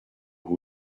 who